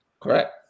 Correct